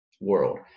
world